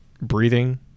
breathing